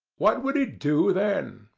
what would he do, then?